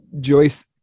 Joyce